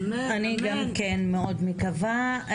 אני גם כן מאוד מקווה.